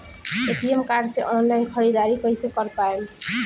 ATM card से online ख़रीदारी कइसे कर पाएम?